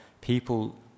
people